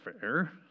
fair